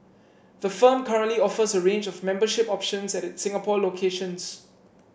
the firm currently offers a range of membership options at its Singapore locations